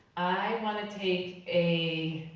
i wanna take a.